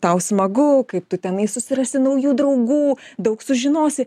tau smagu kaip tu tenai susirasi naujų draugų daug sužinosi